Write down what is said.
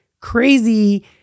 crazy